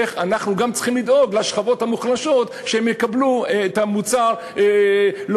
איך אנחנו גם צריכים לדאוג לשכבות החלשות שיקבלו את המוצר במחיר